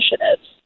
initiatives